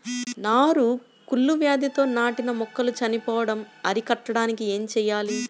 నారు కుళ్ళు వ్యాధితో నాటిన మొక్కలు చనిపోవడం అరికట్టడానికి ఏమి చేయాలి?